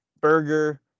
burger